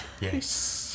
Yes